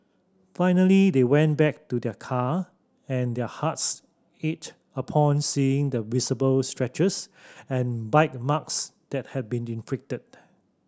finally they went back to their car and their hearts ached upon seeing the visible scratches and bite marks that had been inflicted